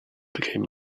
became